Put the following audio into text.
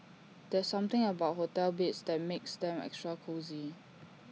there's something about hotel beds that makes them extra cosy